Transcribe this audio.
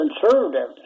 conservative